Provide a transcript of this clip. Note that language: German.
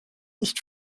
nicht